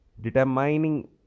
determining